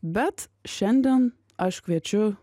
bet šiandien aš kviečiu